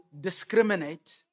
discriminate